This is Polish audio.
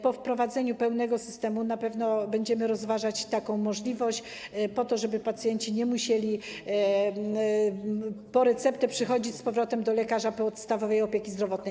Po wprowadzeniu pełnego systemu na pewno będziemy rozważać taką możliwość po to, żeby pacjenci nie musieli po receptę przychodzić ponownie do lekarza podstawowej opieki zdrowotnej.